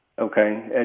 Okay